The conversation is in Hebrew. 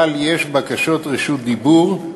אבל יש בקשות רשות דיבור.